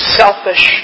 selfish